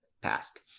past